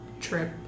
trip